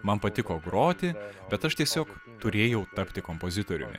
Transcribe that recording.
man patiko groti bet aš tiesiog turėjau tapti kompozitoriumi